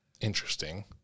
interesting